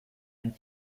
and